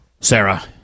Sarah